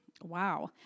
Wow